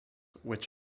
which